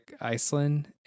Iceland